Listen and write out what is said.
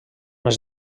més